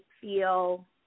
feel